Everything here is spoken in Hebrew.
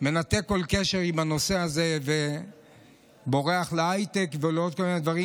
מנתק כל קשר עם הנושא הזה ובורח להייטק ולעוד כל מיני דברים,